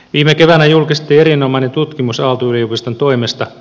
viime keväänä julkistettiin erinomainen tutkimus aalto yliopiston toimesta